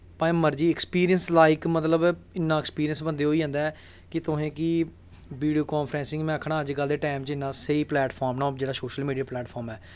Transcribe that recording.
भामें ऐक्सपिंरिंस लाई मतलव इन्ना ऐक्सपिरिंस बंदे गी होई जंदा ऐ के तुसेंगी वीडियो कांफ्रैंसि में आखनां अज्ज कल तुसेंगी टैम जिन्नां स्हेई जिन्ना स्हेई प्लैटफार्म ऐ